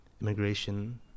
immigration